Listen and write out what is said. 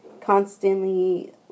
constantly